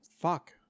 Fuck